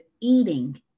eating